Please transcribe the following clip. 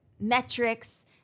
metrics